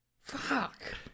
fuck